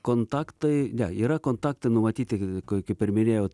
kontaktai ne yra kontaktai numatyti kaip ir minėjau